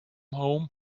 home